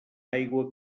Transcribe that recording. aigua